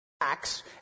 Acts